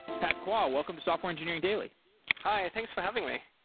pat kua, welcome to software engineering daily hi, thanks for having me.